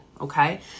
okay